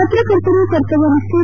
ಪತ್ರಕರ್ತರು ಕರ್ತವ್ಯ ನಿಷ್ಠೆ